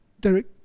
Derek